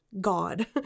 God